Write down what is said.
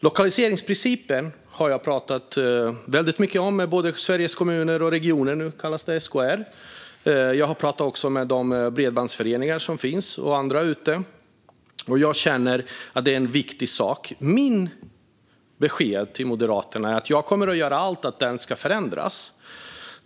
Lokaliseringsprincipen har jag pratat väldigt mycket om med Sveriges Kommuner och Regioner, SKR. Jag har också pratat med de bredbandsföreningar som finns och med andra där ute. Jag känner att det är en viktig sak, och mitt besked till Moderaterna är att jag kommer att göra allt för att den ska förändras.